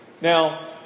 Now